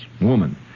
woman